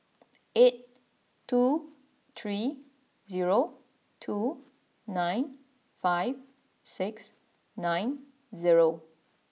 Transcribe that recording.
eight two three zero two nine five six nine zero